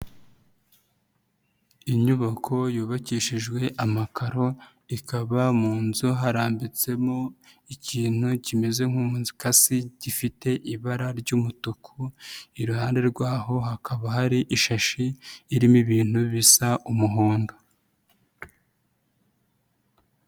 Inyubako yubakishijwe amakaro ikaba mu nzu harambitsemo ikintu kimeze nk'umukasi gifite ibara ry'umutuku, iruhande rwaho hakaba hari ishashi irimo ibintu bisa umuhondo.